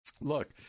Look